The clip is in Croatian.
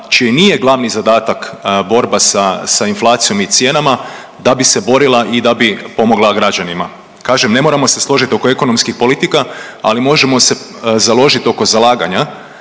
čiji nije glavni zadatak borba sa, sa inflacijom i cijenama da bi se borila i da bi pomogla građanima. Kažem ne moramo se složiti oko ekonomskih politika ali možemo se založit oko zalaganja